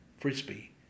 frisbee